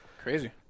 Crazy